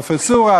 פרופסורה,